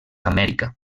amèrica